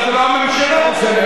לא משנה.